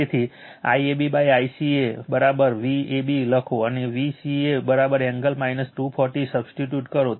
તેથી IAB ICA Vab લખો અને Vca એંગલ 240o સબસ્ટિટ્યૂટ કરો